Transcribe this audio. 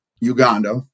Uganda